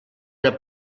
una